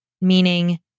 meaning